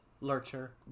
Lurcher